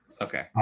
Okay